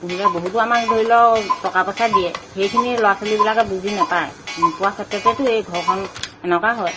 পুহিলে বহুতো আমাক ধৰি লওক টকা পইচা দিয়ে সেইখিনি ল'ৰা ছোৱালীবিলাকে বুজি নেপায় নোপোৱাৰ ক্ষেত্ৰতেতো এই ঘৰখন এনেকুৱা হয়